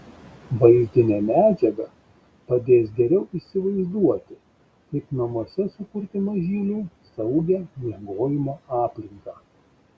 vaizdinė medžiaga padės geriau įsivaizduoti kaip namuose sukurti mažyliui saugią miegojimo aplinką